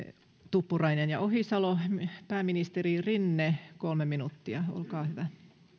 tuppurainen ja ohisalo pääministeri rinne kolme minuuttia olkaa hyvä